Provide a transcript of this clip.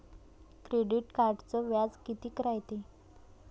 Credit कार्डचं व्याज कितीक रायते?